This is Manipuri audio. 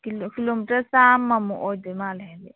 ꯀꯤꯂꯣꯃꯤꯇꯔ ꯆꯥꯃꯃꯨꯛ ꯑꯣꯏꯗꯣꯏ ꯃꯥꯜꯂꯦ ꯍꯥꯏꯗꯤ